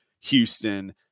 houston